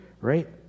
right